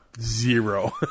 zero